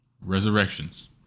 Resurrections